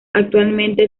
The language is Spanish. actualmente